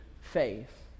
faith